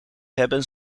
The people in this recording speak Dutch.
hebben